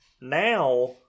Now